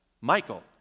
Michael